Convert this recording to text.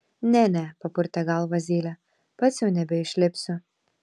ne ne papurtė galvą zylė pats jau nebeišlipsiu